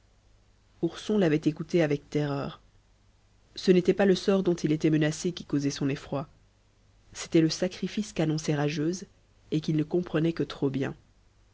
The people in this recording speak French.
ourson l'avait écoutée avec terreur ce n'était pas le sort dont il était menacé qui causait son effroi c'était le sacrifice qu'annonçait rageuse et qu'il ne comprenait que trop bien